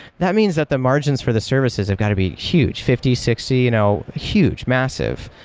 that means that the margins for the services have got to be huge, fifty, sixty, you know huge, massive,